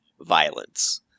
violence